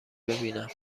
ببینم